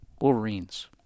Wolverines